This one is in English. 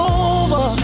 over